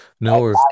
no